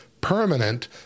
permanent